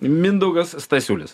mindaugas stasiulis